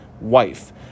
wife